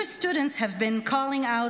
Jewish students have been calling out